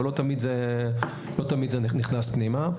אבל לא תמיד זה נכנס פנימה.